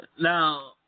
Now